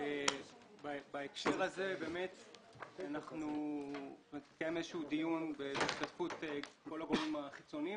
בהקשר הזה התקיים איזשהו דיון בהשתתפות כל הגורמים החיצוניים